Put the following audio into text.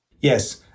Yes